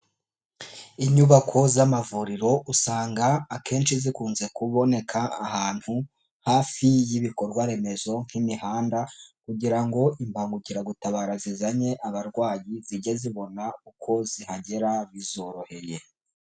Inyubako z'amavuriro usanga akenshi zikunze kuboneka ahantu hafi y'ibikorwa remezo nk'imihanda kugira ngo imbangukiragutabara zizanye abarwayi, zijye zibona uko zihagera bizoroheye.